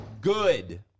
Good